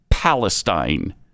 Palestine